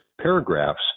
paragraphs